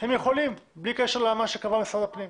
הם יכולים בלי קשר למה שקבע משרד הפנים.